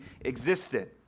existed